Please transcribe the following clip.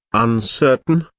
uncertain,